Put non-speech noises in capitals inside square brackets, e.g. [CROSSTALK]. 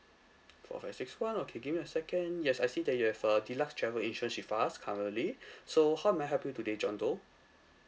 four five six one okay give me a second yes I see that you have a deluxe travel insurance with us currently [BREATH] so how may I help you today john doe